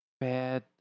bad